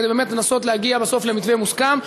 כדי באמת לנסות להגיע בסוף למתווה מוסכם.